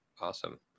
Awesome